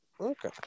Okay